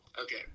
Okay